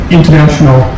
International